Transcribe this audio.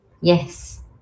Yes